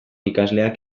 ikasleak